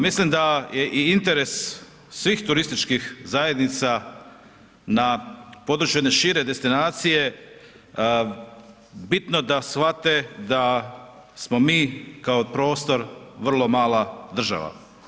Mislim da je i interes svih turističkih zajednica na području jedne šire destinacije bitno da shvate da smo mi kao prostor vrlo mala država.